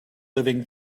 living